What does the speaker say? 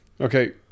Okay